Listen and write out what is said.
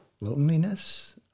loneliness